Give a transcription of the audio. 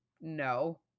no